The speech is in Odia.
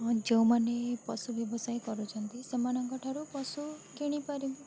ହଁ ଯୋଉମାନେ ପଶୁ ବ୍ୟବସାୟୀ କରୁଛନ୍ତି ସେମାନଙ୍କ ଠାରୁ ପଶୁ କିଣିପାରିବୁ